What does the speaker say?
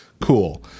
cool